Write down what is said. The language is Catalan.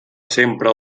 sempre